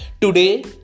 today